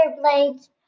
blades